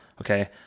okay